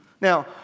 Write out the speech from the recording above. Now